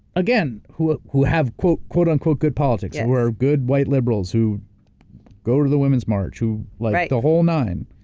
again who who have quote-unquote good politics, who are good white liberals, who go to the women's march, who like the whole nine.